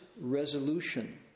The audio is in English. resolution